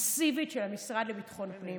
מסיבית של המשרד לביטחון פנים.